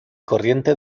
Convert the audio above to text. corriente